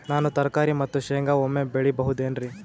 ನಾನು ತರಕಾರಿ ಮತ್ತು ಶೇಂಗಾ ಒಮ್ಮೆ ಬೆಳಿ ಬಹುದೆನರಿ?